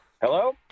Hello